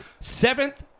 Seventh